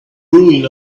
ruin